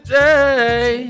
day